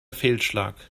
fehlschlag